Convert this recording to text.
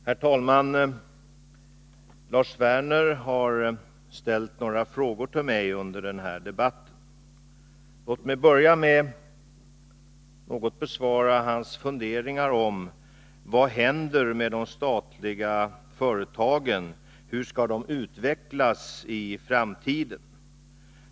Herr talman! Lars Werner har ställt några frågor till mig under den här debatten. Låt mig börja med att något besvara hans funderingar om vad som händer med de statliga företagen och hur de skall utvecklas i framtiden.